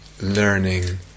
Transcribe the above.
learning